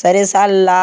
सरिसार ला